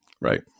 Right